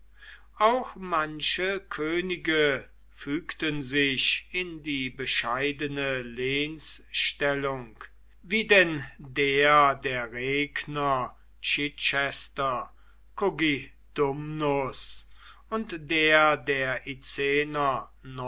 auch manche könige fügten sich in die bescheidene lehnsstellung wie denn der der regner chichester cogidumnus und der der